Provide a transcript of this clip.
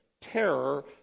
terror